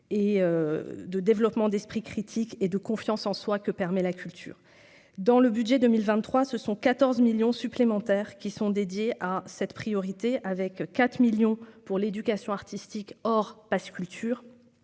et de développement d'esprit critique et de confiance en soi que permet la culture dans le budget 2023, ce sont 14 millions supplémentaires qui sont dédiés à cette priorité avec 4 millions pour l'éducation artistique, or pas sculptures